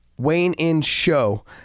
WayneInShow